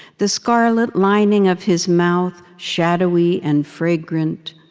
the scarlet lining of his mouth shadowy and fragrant,